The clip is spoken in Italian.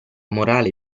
morale